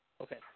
Okay